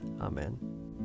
Amen